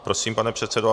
Prosím, pane předsedo.